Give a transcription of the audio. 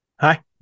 Hi